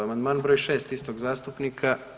Amandman br. 6 istog zastupnika.